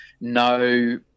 no